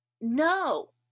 No